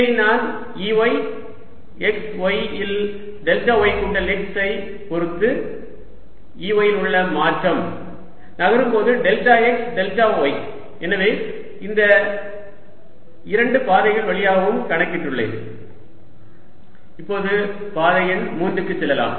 இதை நான் Ey x y இல் டெல்டா y கூட்டல் x ஐ பொருத்து Ey இல் உள்ள மாற்றம் நகரும்போது டெல்டா x டெல்டா y எனவே இந்த இரண்டு பாதைகள் வழியாகவும் கணக்கிட்டுள்ளேன் Eili Over 1 ExXYX Over 2 EYXX YYEYXYyEY∂XXY இப்போது பாதை எண் 3 க்கு செல்லலாம்